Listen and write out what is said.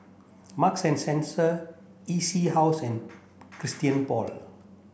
Marks and Spencer E C House and Christian Paul